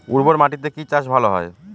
উর্বর মাটিতে কি চাষ ভালো হয়?